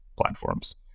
platforms